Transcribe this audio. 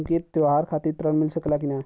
हमके त्योहार खातिर त्रण मिल सकला कि ना?